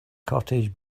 cottage